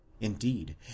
indeed